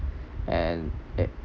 and it